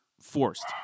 forced